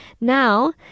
Now